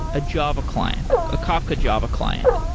a java client, a kafka java client.